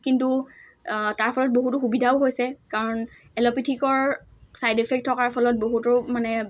কিন্তু তাৰ ফলত বহুতো সুবিধাও হৈছে কাৰণ এল'পেথিকৰ ছাইড এফেক্ট থকাৰ ফলত বহুতো মানে